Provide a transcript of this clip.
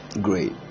Great